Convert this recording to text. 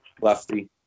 Lefty